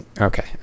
okay